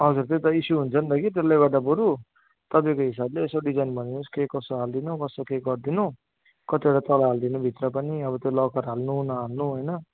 हजुर त्यही त इस्यु हुन्छ नि त कि त्यसले गर्दा बरू तपाईँको हिसाबले यसो डिजाइन भनिदिनुहोस् के कसो हाल्दिनु कसो के गरिदिनु कतिवटा तला हाल्दिनु भित्र पनि अब त्यो लकर हाल्नु नहाल्नु होइन